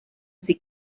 sie